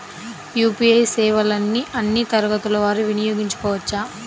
UPI సేవలని అన్నీ తరగతుల వారు వినయోగించుకోవచ్చా?